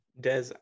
Des